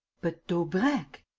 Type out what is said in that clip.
but daubrecq?